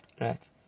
Right